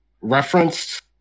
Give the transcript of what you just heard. referenced